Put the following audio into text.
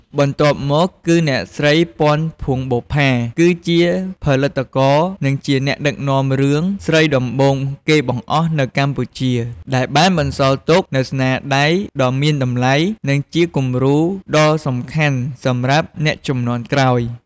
បន្ទាប់មកគឺអ្នកស្រី ពាន់ ភួងបុប្ផា គឺជាផលិតករ និងជាអ្នកដឹកនាំរឿងស្រីដំបូងគេបង្អស់នៅកម្ពុជា ដែលបានបន្សល់ទុកនូវស្នាដៃដ៏មានតម្លៃ និងជាគំរូដ៏សំខាន់សម្រាប់អ្នកជំនាន់ក្រោយ។